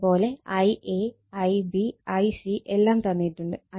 അത് പോലെ Ia Ib Ic എല്ലാം തന്നിട്ടുണ്ട്